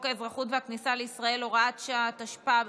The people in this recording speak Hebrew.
האזרחות והכניסה לישראל (הוראת שעה),